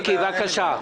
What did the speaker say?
בבקשה.